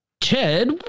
Ted